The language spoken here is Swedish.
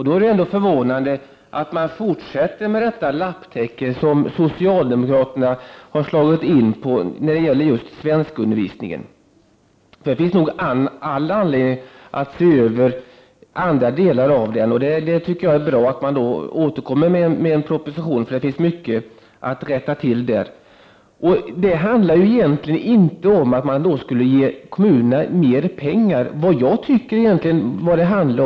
Då är det förvånande att socialdemokraterna ökar ut det lapptäcke som de har påbörjat när det gäller svenskundervisningen. Det finns nog all anledning att se över andra delar av den. Det är bra att regeringen återkommer med en proposition, eftersom det finns mycket att rätta till i fråga om detta. Det handlar egentligen inte om att kommunerna skulle ges mer pengar.